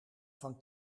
van